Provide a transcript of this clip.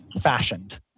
fashioned